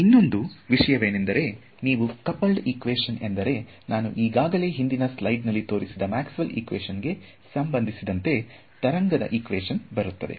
ಇನ್ನೊಂದು ವಿಷಯವೇನೆಂದರೆ ನೀವು ಕಪಾಲ್ಡ್ ಇಕ್ವೇಶನ್ ಎಂದರೆ ನಾನು ಈಗಾಗಲೇ ಹಿಂದಿನ ಸ್ಲೈಡ್ ನಲ್ಲಿ ತೋರಿಸಿದ ಮ್ಯಾಕ್ಸ್ವೆಲ್ ಇಕ್ವೇಶನ್ ಗೆ ಸಂಬಂಧಿಸಿದಂತೆ ತರಂಗದ ಇಕ್ವೇಷನ್ ಬರುತ್ತದೆ